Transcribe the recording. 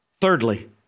Thirdly